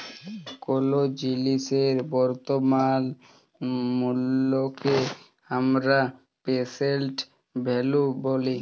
কোলো জিলিসের বর্তমান মুল্লকে হামরা প্রেসেন্ট ভ্যালু ব্যলি